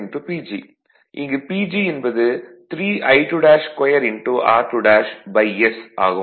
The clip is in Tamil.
இங்கு PG என்பது 3I22 r2s ஆகும்